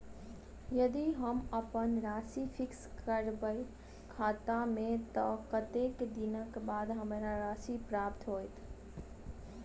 यदि हम अप्पन राशि फिक्स करबै खाता मे तऽ कत्तेक दिनक बाद हमरा राशि प्राप्त होइत?